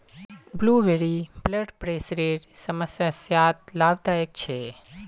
blueberry blood प्रेशरेर समस्यात लाभदायक छे